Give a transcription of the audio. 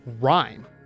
rhyme